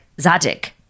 Zadig